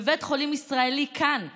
בבית חולים ישראלי כאן בירושלים,